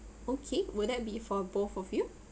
okay will that be for both of you